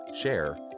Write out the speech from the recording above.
share